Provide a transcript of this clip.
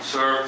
Sir